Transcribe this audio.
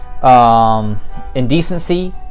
Indecency